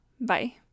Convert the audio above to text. Bye